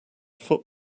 foot